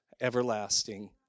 everlasting